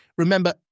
Remember